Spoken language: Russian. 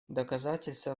доказательство